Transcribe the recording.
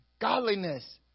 godliness